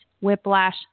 whiplash